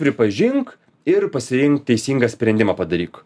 pripažink ir pasiimk teisingą sprendimą padaryk